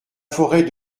forêt